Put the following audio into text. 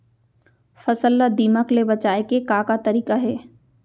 फसल ला दीमक ले बचाये के का का तरीका हे?